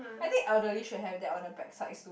I think elderly should have that on their backside too